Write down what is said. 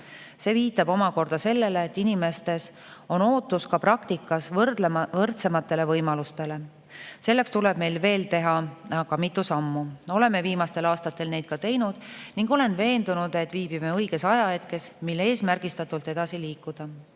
See viitab omakorda sellele, et inimestel on ootus ka praktikas võrdsematele võimalustele. Selleks tuleb meil veel teha aga mitu sammu. Oleme viimastel aastatel neid ka teinud ning olen veendunud, et viibime õiges ajahetkes, mil eesmärgistatult edasi liikuda.